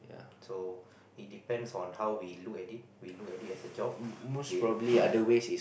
so it depends on how we look at it we look at it as a job we look at